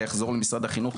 יחזור למשרד החינוך,